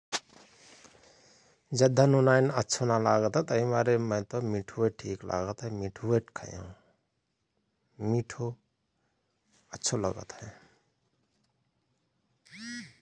जद्धा नुनाईन अच्छो नालागत हय तहिक मारे मोयत मिठोअय ठिक लागत हय मिठोय खयहओं । मिठो अच्छो लगतहए ।